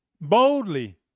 boldly